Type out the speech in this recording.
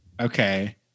Okay